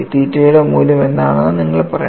തീറ്റയുടെ മൂല്യം എന്താണെന്ന് നിങ്ങൾ പറയണം